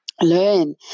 learn